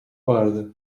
vardı